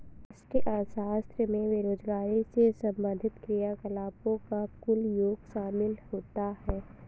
व्यष्टि अर्थशास्त्र में बेरोजगारी से संबंधित क्रियाकलापों का कुल योग शामिल होता है